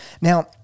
Now